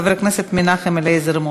חבר הכנסת מנחם אליעזר מוזס,